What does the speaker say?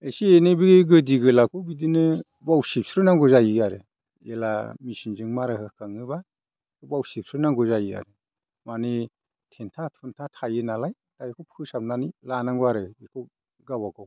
एसे एनै बे गोदि गोलाखौ बिदिनो गाव सिबस्रो नांगौ जायो आरो जेब्ला मेसिनजों मारा होखाङोबा बेखौ गाव सिबस्रो नांगौ जायो आरो माने देन्था थुनथा थायो नालाय दा बेखौ फोसाबनानै लानांगौ आरो बेखौ गावबागाव